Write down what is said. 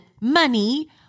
money